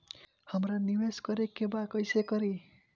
हमरा निवेश करे के बा कईसे करी?